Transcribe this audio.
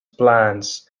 plans